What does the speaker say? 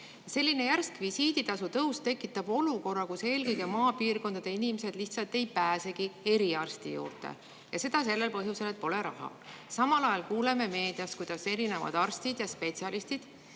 Selline järsk visiiditasu tõus tekitab olukorra, kus eelkõige maapiirkondade inimesed lihtsalt ei pääsegi eriarsti juurde – ja seda sellel põhjusel, et pole raha. Samal ajal kuuleme meediast, kuidas erinevad arstid ja spetsialistid